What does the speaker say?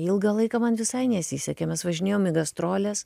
ilgą laiką man visai nesisekė mes važinėjom į gastroles